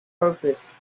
purpose